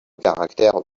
caractère